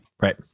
Right